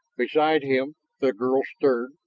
beside him the girl stirred,